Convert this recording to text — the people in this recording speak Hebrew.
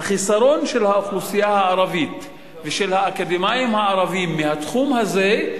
היעדר האוכלוסייה הערבית והאקדמאים הערבים מהתחום הזה,